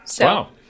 Wow